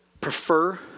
prefer